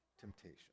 temptation